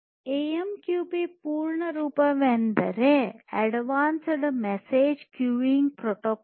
AMQP ಪೂರ್ಣ ರೂಪವೆಂದರೆ advance message queuing protocol